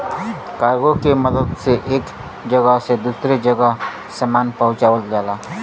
cargo के मदद से एक जगह से दूसरे जगह सामान पहुँचावल जाला